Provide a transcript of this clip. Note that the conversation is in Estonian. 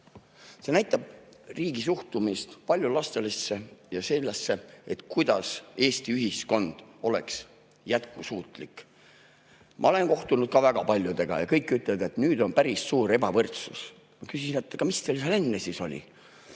See näitab riigi suhtumist paljulapselistesse ja seda, kuidas Eesti ühiskond oleks jätkusuutlik. Ma olen kohtunud ka väga paljudega ja kõik ütlevad, et nüüd on päris suur ebavõrdsus. Ma küsin: "Aga mis teil seal enne siis oli?"